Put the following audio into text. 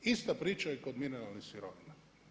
Ista priča je kod mineralnih sirovina.